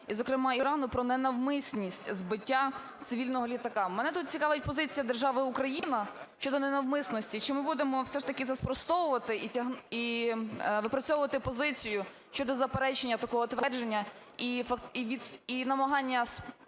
і, зокрема, Ірану, про ненавмисність збиття цивільного літака. Мене тут цікавить позиція держави Україна щодо ненавмисності. Чи ми будемо все ж таки це спростовувати і випрацьовувати позицію щодо заперечення такого твердження і намагання максимально